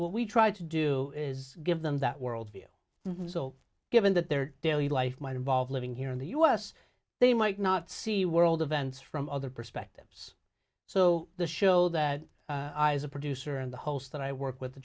we try to do is give them that world view so given that their daily life might involve living here in the u s they might not see world events from other perspectives so the show that i as a producer and the host that i work with